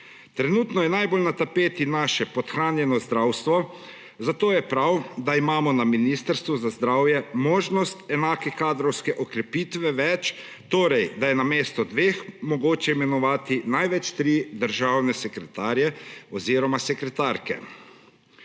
Trenutno je najbolj na tapeti naše podhranjeno zdravstvo, zato je prav, da imamo na Ministrstvu za zdravje možnost enake kadrovske okrepitve več; torej da je na mestu dveh mogoče imenovati največ tri državne sekretarje oziroma sekretarke.